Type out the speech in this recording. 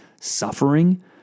suffering